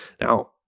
Now